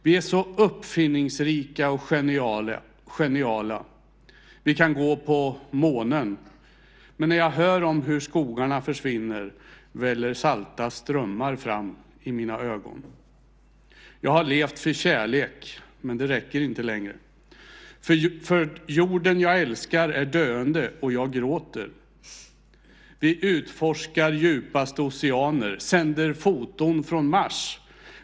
Vi är så uppfinningsrika och geniala. Vi kan gå på månen. Men när jag hör om hur skogarna försvinner väller salta strömmar fram i mina ögon. Jag har levt för kärlek, men det räcker inte längre. För jorden jag älskar är döende, och jag gråter. Vi utforskar djupaste oceaner, sänder foton från Mars.